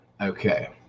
Okay